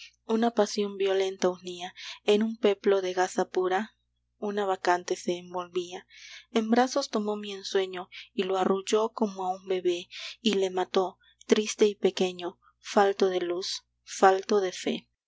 una pasión violenta unía en un peplo de gasa pura una bacante se envolvía en brazos tomó mi ensueño y lo arrulló como a un bebé y le mató triste y pequeño falto de luz falto de fe